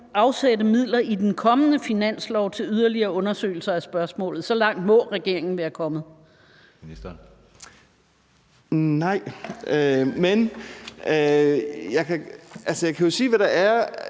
afsætte midler i den kommende finanslov til yderligere undersøgelser af spørgsmålet? Så langt må regeringen være kommet. Kl. 16:24 Anden næstformand (Jeppe